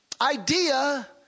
idea